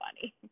funny